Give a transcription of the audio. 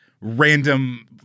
random